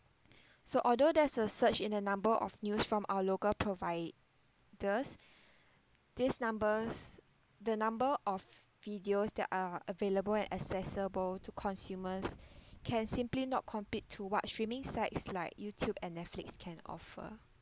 so although there's a surge in the number of news from our local providers this numbers the number of videos that are available and accessible to consumers can simply not compete to what streaming sites like YouTube and Netflix can offer